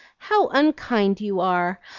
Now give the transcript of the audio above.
how unkind you are!